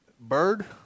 bird